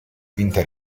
quinta